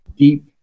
deep